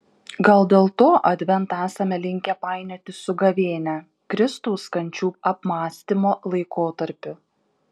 gal dėl to adventą esame linkę painioti su gavėnia kristaus kančių apmąstymo laikotarpiu